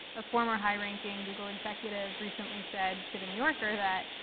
a former high-ranking google executive recently said to the new yorker that,